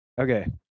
Okay